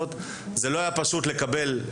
שזאת הקבוצה שאני אוהד זה בלתי נסבל.